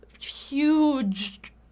huge